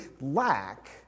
lack